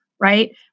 right